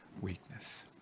weakness